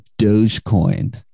Dogecoin